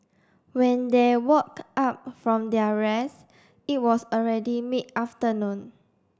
when they woke up from their rest it was already mid afternoon